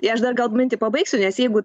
jei aš gal mintį pabaigsiu nes jeigu